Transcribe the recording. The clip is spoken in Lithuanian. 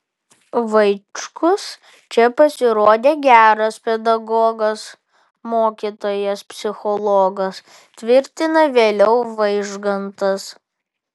vaičkus čia pasirodė geras pedagogas mokytojas psichologas tvirtina vėliau vaižgantas